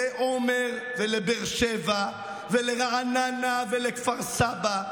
לעומר ולבאר שבע ולרעננה ולכפר סבא.